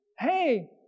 hey